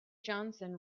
johnson